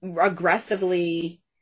aggressively